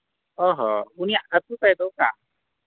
ᱚ ᱦᱚᱸ ᱩᱱᱤᱭᱟᱜ ᱟᱛᱳ ᱛᱟᱭ ᱫᱚ